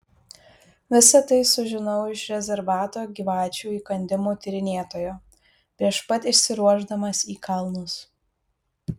visa tai sužinau iš rezervato gyvačių įkandimų tyrinėtojo prieš pat išsiruošdamas į kalnus